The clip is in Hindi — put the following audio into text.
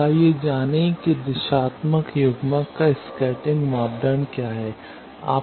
अब आइए जानें कि इस दिशात्मक युग्मक का स्कैटरिंग मापदंड क्या है